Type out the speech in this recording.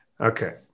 Okay